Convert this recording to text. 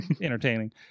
Entertaining